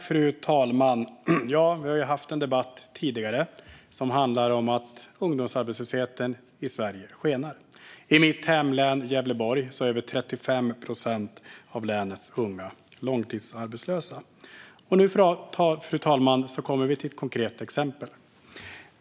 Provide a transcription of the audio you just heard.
Fru talman! Vi har tidigare haft en debatt om att ungdomsarbetslösheten i Sverige skenar. I mitt hemlän Gävleborg är över 35 procent av länets unga långtidsarbetslösa. Nu, fru talman, kommer vi till ett konkret exempel.